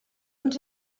ens